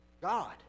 God